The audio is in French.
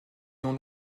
non